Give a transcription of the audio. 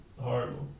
horrible